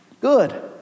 Good